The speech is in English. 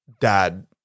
dad